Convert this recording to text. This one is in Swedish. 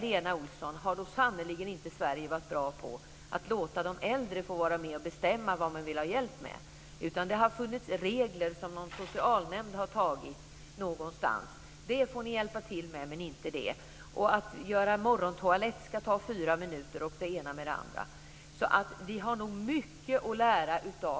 Att låta de äldre få vara med och bestämma vad de vill ha hjälp med har Sverige sannerligen inte varit bra på, Lena Olsson. Det har funnits regler som någon socialnämnd har antagit någonstans. Det får ni hjälpa till med, men inte det. Att göra morgontoalett ska ta fyra minuter, t.ex. Vi har nog mycket att lära.